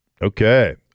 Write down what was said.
Okay